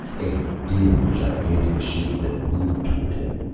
a dim gigantic shape that moved toward him,